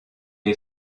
est